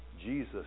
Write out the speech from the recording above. Jesus